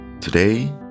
Today